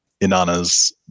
Inanna's